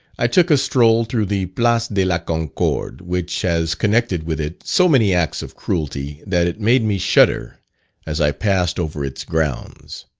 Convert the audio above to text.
i took a stroll through the place de la concorde, which has connected with it so many acts of cruelty, that it made me shudder as i passed over its grounds.